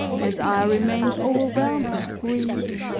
as i remained overwhelmed with grief,